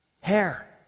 Hair